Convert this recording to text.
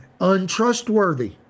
untrustworthy